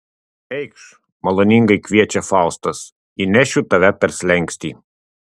eikš maloningai kviečia faustas įnešiu tave per slenkstį